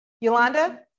Yolanda